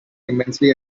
immensely